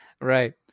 Right